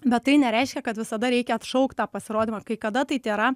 bet tai nereiškia kad visada reikia atšaukt tą pasirodymą kai kada tai tėra